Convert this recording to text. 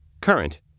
current